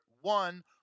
one